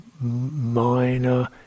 minor